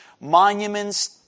monuments